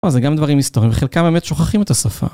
זה גם דברים היסטוריים, חלקם באמת שוכחים את השפה.